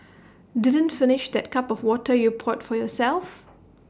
didn't finish that cup of water you poured for yourself